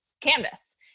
canvas